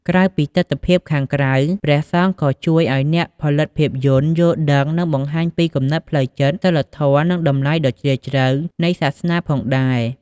ក្រៅពីទិដ្ឋភាពខាងក្រៅ ព្រះសង្ឃក៏ជួយឲ្យអ្នកផលិតភាពយន្ត យល់ដឹង និងបង្ហាញពីគំនិតផ្លូវចិត្ត សីលធម៌ និងតម្លៃដ៏ជ្រាលជ្រៅនៃសាសនា ផងដែរ។